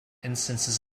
instances